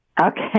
Okay